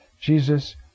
Jesus